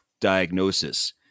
diagnosis